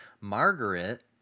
Margaret